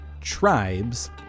tribes